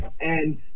and-